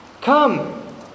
come